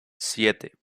siete